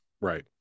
right